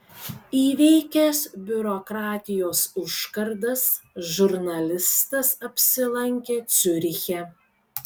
įveikęs biurokratijos užkardas žurnalistas apsilankė ciuriche